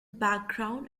background